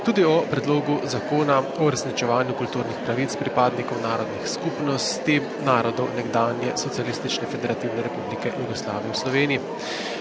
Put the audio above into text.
vsebino predloga zakona o uresničevanju kulturnih pravic pripadnikov narodnih skupnosti narodov nekdanje Socialistične federativne republike Jugoslavije v Republiki